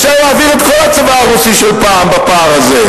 אפשר להעביר את כל הצבא הרוסי של פעם בפער הזה.